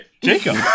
Jacob